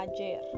ayer